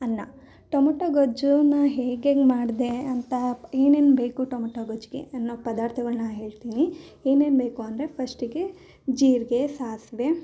ಅನ್ನ ಟೊಮೊಟೋ ಗೊಜ್ಜುನ ಹೇಗೇಗೆ ಮಾಡಿದೆ ಅಂತ ಏನೇನು ಬೇಕು ಟೊಮೊಟೊ ಗೊಜ್ಜಿಗೆ ಅನ್ನೊ ಪದಾರ್ಥಗಳ್ನ ಹೇಳ್ತೀನಿ ಏನೇನು ಬೇಕು ಅಂದರೆ ಫಸ್ಟಿಗೆ ಜೀರಿಗೆ ಸಾಸಿವೆ